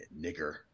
Nigger